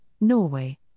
Norway